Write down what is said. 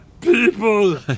people